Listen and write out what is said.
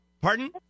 Pardon